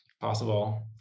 possible